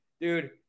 Dude